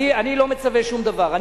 אני לא מצווה שום דבר.